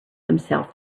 himself